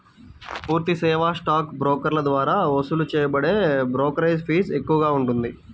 పూర్తి సేవా స్టాక్ బ్రోకర్ల ద్వారా వసూలు చేయబడే బ్రోకరేజీ ఫీజు ఎక్కువగా ఉంటుంది